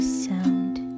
sound